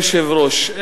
אדוני היושב-ראש,